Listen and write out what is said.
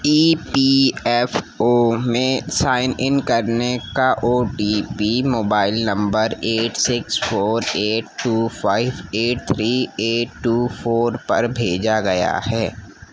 ای P F O میں sign in کرنے کا O T P mobile number eight six four eight two five eight three eight two four پر بھیجا گیا ہے